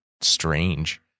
strange